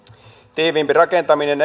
tiiviimpi rakentaminen